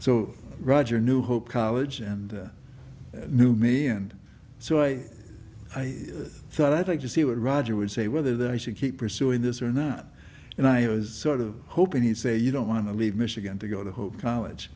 so roger knew hope college and knew me and so i i thought i'd like to see what roger would say whether that i should keep pursuing this or not and i was sort of hoping he'd say you don't want to leave michigan to go to home college